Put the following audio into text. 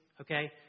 Okay